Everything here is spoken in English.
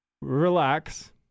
relax